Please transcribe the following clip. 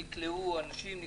אנשים,